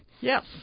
Yes